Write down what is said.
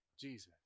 Jesus